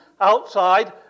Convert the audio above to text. outside